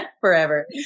forever